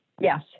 Yes